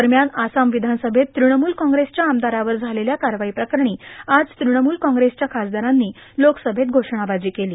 दरम्यान आसाम विधानसभेत तृणमूल काँग्रेसच्या आमदारावर झालेल्या कारवाईप्रकरणी आज तृणमूल काँग्रेसच्या खासदारांनी लोकसभेत घोषणाबाजी केली